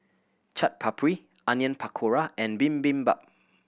Chaat Papri Onion Pakora and Bibimbap